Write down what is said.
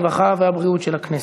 הרווחה והבריאות של הכנסת.